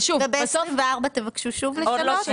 וב-24' תבקשו שוב לשנות?